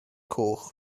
coch